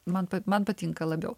man pa man patinka labiau